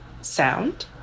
sound